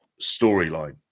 storyline